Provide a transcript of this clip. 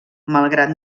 malgrat